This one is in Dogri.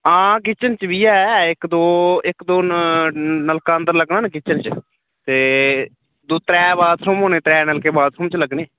हां किचन च बी ऐ इक दो इक दो नलका अंदर लग्गना नी किचन च ते त्रै बाथरूम होने त्रै नलके बाथरूम च लग्गने